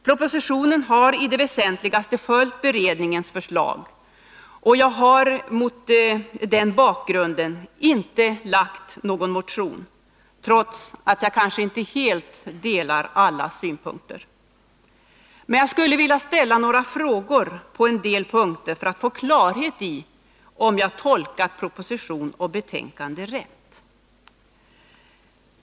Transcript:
Propositionen har i det väsentligaste följt beredningens förslag, och jag har mot den bakgrunden inte väckt någon motion trots att jag kanske inte helt delar alla synpunkter. Men jag skulle vilja ställa några frågor på en del punkter för att få klarhet i om jag har tolkat propositionen och betänkandet rätt.